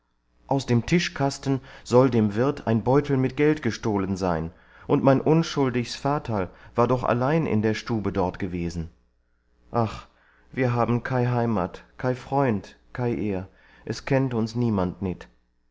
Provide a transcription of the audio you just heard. aus dem tischkasten sollt dem wirt ein beutel mit geld gestohlen sein und mein unschuldigs vaterl war doch allein in der stube dort gewesen ach wir haben kei heimat kei freund kei ehr es kennt uns niemand nit